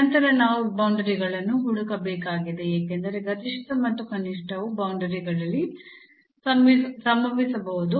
ನಂತರ ನಾವು ಬೌಂಡರಿಗಳನ್ನು ಹುಡುಕಬೇಕಾಗಿದೆ ಏಕೆಂದರೆ ಗರಿಷ್ಠ ಮತ್ತು ಕನಿಷ್ಠವು ಬೌಂಡರಿಗಳಲ್ಲಿ ಸಂಭವಿಸಬಹುದು